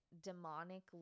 demonic